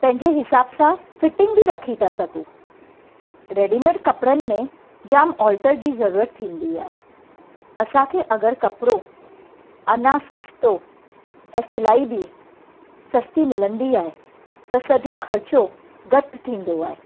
पंहिंजे हिसाब सां फिटिंग बि रखी था सघूं रेडीमेड कपिड़नि में जाम ऑल्टर जी ज़रूरत थींदी आहे असांखे अगरि कपिड़ो अञां सस्तो ऐं सिलाई बि सस्ती मिलंदी आहे त सॼो ख़र्चो घटि थींदो आहे